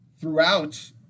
throughout